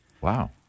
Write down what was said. wow